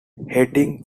heading